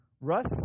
Russ